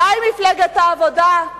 אולי מפלגת העבודה,